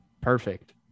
Perfect